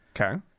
Okay